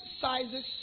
sizes